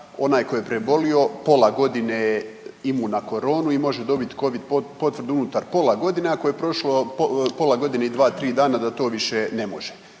onaj tko je prebolio, pola godine je imun na koronu i može dobit Covid potvrdu unutar pola godine, ako je prošlo pola godine i 2, 3 dana da to više ne može?